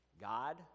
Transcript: God